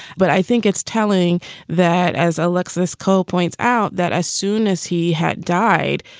but i think it's telling that, as alexis cole points out, that as soon as he had died,